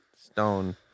Stone